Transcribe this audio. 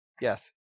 Yes